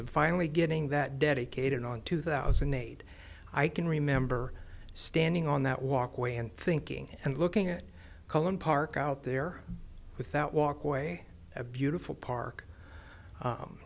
of finally getting that dedicated on two thousand and eight i can remember standing on that walkway and thinking and looking at colin park out there without walkway a beautiful park